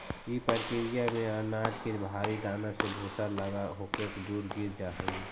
इ प्रक्रिया में अनाज के भारी दाना से भूसा अलग होके दूर गिर जा हई